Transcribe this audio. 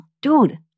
Dude